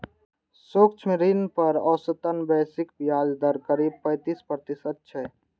सूक्ष्म ऋण पर औसतन वैश्विक ब्याज दर करीब पैंतीस प्रतिशत छै